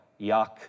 yuck